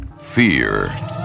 Fear